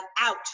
out